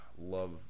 love